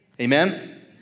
Amen